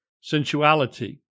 sensuality